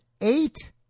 eight